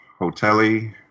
Hotelli